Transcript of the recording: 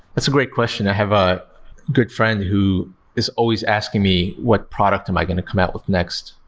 that's a great question. i have a good friend who is always asking me what product am i going to come out with next,